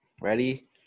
ready